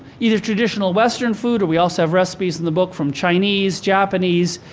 either traditional western food, and we also have recipes in the book from chinese, japanese,